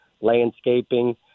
landscaping